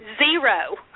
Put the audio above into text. zero